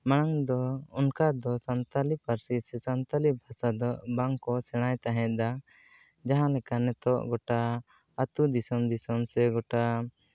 ᱢᱟᱲᱟᱝ ᱫᱚ ᱚᱱᱠᱟ ᱫᱚ ᱥᱟᱱᱛᱟᱲᱤ ᱯᱟᱹᱨᱥᱤ ᱥᱮ ᱥᱟᱱᱛᱟᱲᱤ ᱵᱷᱟᱥᱟ ᱫᱚ ᱵᱟᱝᱠᱚ ᱥᱮᱬᱟᱭ ᱛᱟᱦᱮᱸᱫᱼᱟ ᱡᱟᱦᱟᱸ ᱞᱮᱠᱟ ᱱᱤᱛᱚᱜ ᱜᱳᱴᱟ ᱟᱛᱳ ᱫᱤᱥᱚᱢ ᱫᱤᱥᱚᱢ ᱥᱮ ᱜᱳᱴᱟ